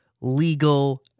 legal